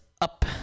up